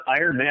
Ironman